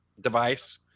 device